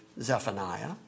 Zephaniah